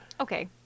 Okay